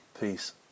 Peace